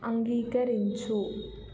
అంగీకరించు